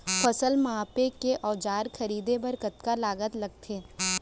फसल मापके के औज़ार खरीदे बर कतका लागत लगथे?